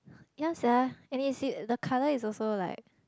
ya sia and it's in the colour is also like